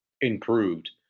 improved